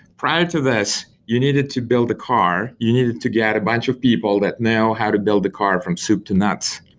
prior to this, you needed to build a car. you needed to get a bunch of people that know how to build the car from soup to nuts,